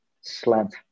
slant